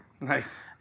Nice